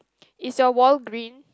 is your wall green